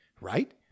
right